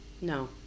No